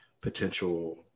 potential